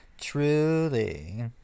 Truly